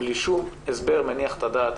בלי שום הסבר מניח את הדעת.